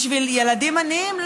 בשביל ילדים עניים.